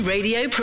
Radio